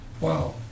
Wow